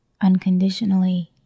unconditionally